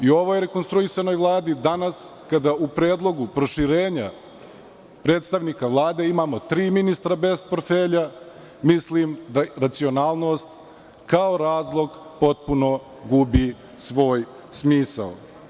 U ovoj rekonstruisanoj Vladi, danas, kada u predlogu proširenju predstavnika, imamo tri ministra bez portfelja, mislim da racionalnost kao razlog potpuno gubi svoj smisao.